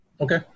Okay